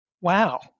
wow